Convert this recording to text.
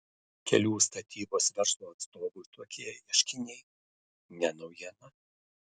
kelių statybos verslo atstovui tokie ieškiniai ne naujiena